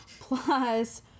plus